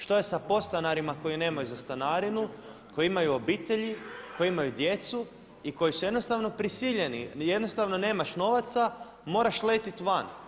Što je sa podstanarima koji nemaju za stanarinu, koji imaju obitelji, koji imaju djecu i koji su jednostavno prisiljeni, jednostavno nemaš novaca moraš letiti van.